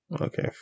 Okay